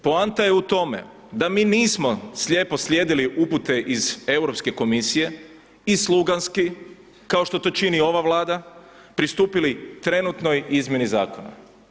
Poanta je u tome da mi nismo slijepo slijedili upute iz Europske komisije i sluganski kao što to čini ova Vlada, pristupili trenutnoj izmjeni zakona.